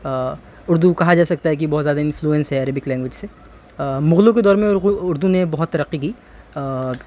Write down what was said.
اردو کہا جا سکتا ہے کہ بہت زیادہ انفلوئینس ہے عربک لینگویج سے مغلوں کے دور میں اردو اردو نے بہت ترقی کی